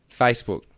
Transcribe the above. Facebook